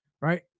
right